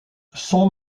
son